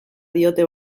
diote